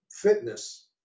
fitness